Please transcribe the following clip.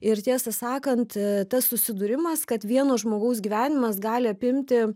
ir tiesą sakant tas susidūrimas kad vieno žmogaus gyvenimas gali apimti